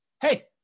hey